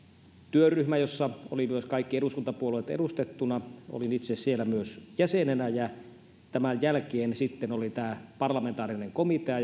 työryhmä jossa olivat myös kaikki eduskuntapuolueet edustettuina olin myös itse siellä jäsenenä tämän jälkeen sitten oli tämä parlamentaarinen komitea